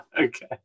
okay